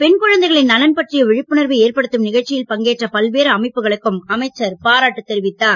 பெண் குழந்தைகளின் நலன் பற்றிய விழிப்புணர்வை ஏற்படுத்தும் நிகழ்ச்சியில் பங்கேற்ற பல்வேறு அமைப்புகளுக்கும் அமைச்சர் பாராட்டு தெரிவித்தார்